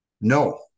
No